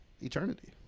eternity